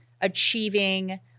achieving